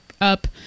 up